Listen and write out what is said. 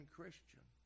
Christian